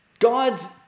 God's